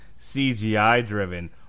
CGI-driven